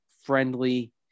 friendly